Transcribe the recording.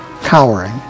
cowering